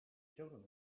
children